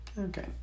Okay